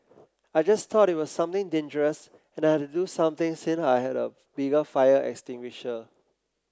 I just thought it was something dangerous and I had to do something since I had a bigger fire extinguisher